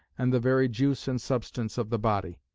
and the very juice and substance of the body.